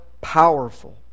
powerful